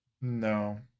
No